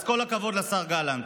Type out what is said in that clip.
אז כל הכבוד לשר גלנט.